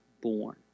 born